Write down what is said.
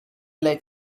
like